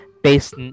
Based